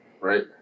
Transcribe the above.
right